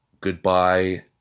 Goodbye